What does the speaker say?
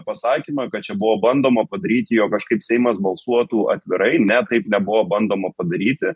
pasakymą kad čia buvo bandoma padaryti jog aš kaip seimas balsuotų atvirai ne taip nebuvo bandoma padaryti